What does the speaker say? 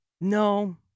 No